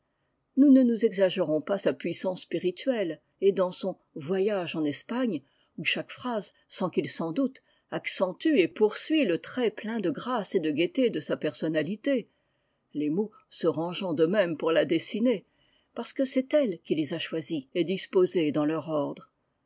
nous ne nous exagérons pas sa puissance spirituelle et dans son voyage en espagne où chaque phrase sans qu'il s'en doute accentue et poursuit le trait plein de grâce et de gaieté de sa personnalité